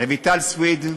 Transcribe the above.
רויטל סויד,